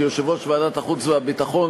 כיושב-ראש ועדת החוץ והביטחון,